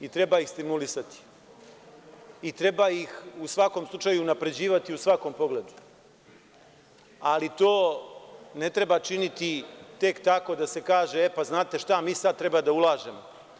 I, treba ih stimulisati i treba ih u svakom slučaju unapređivati i u svakom pogledu, ali to ne treba činiti tek tako da se kaže – e, pa znate šta sad treba da ulažem?